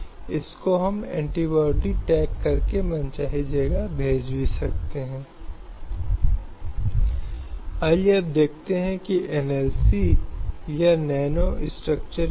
अब जब हम यातायात शब्द की बात करते हैं तो यह मूल रूप से सामानों की तरह पुरुषों और महिलाओं की खरीद और बिक्री को संदर्भित करता है